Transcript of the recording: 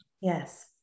Yes